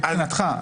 מבחינתך,